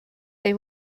they